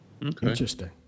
Interesting